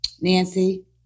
Nancy